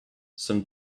some